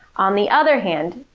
on the other hand,